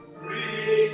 free